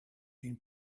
been